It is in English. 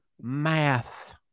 math